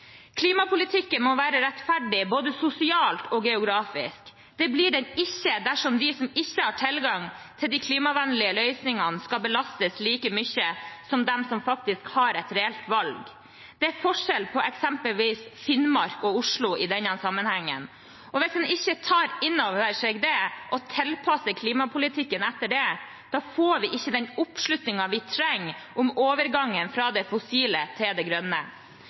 Klimapolitikken må være rettferdig, både sosialt og geografisk. Det blir den ikke hvis de som ikke har tilgang til de klimavennlige løsningene, skal belastes like mye som dem som faktisk har et reelt valg. Det er forskjell på eksempelvis Finnmark og Oslo i den sammenhengen. Hvis man ikke tar inn over seg det, og tilpasser klimapolitikken etter det, får man ikke den oppslutningen man trenger om overgangen fra det fossile til det grønne.